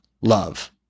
love